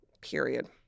period